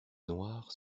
noires